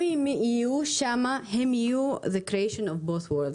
אם הם יהיו שם הם יהיו היצירה של שני העולמות,